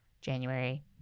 January